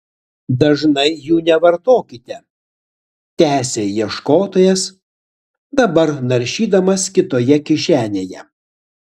dažnai jų nevartokite tęsė ieškotojas dabar naršydamas kitoje kišenėje